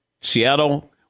Seattle